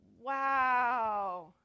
wow